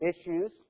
issues